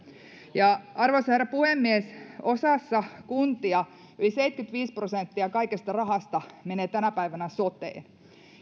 arvoisa herra puhemies osassa kuntia yli seitsemänkymmentäviisi prosenttia kaikesta rahasta menee tänä päivänä soteen